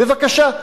בבקשה,